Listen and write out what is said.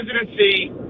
presidency